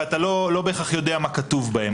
ואתה לא בהכרח יודע מה כתוב בהם.